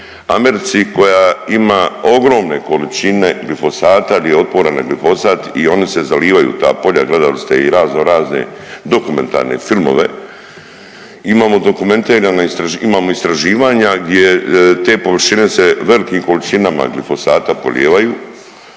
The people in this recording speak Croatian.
Americi koja ima ogromne količine glifosata jel je otporan na glifosat i oni se zalivaju ta polja, gledali ste i raznorazne dokumentarne filmove, imamo istraživanja gdje te površine se velikim količinama glifosata polijevaju